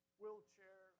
wheelchair